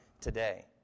today